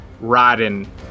riding